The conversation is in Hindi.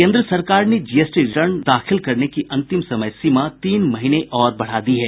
केन्द्र सरकार ने जीएसटी रिटर्न दाखिल करने की अंतिम समय सीमा तीन महीने बढ़ा और दी है